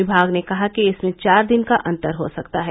विभाग ने कहा कि इसमें चार दिन का अंतर हो सकता है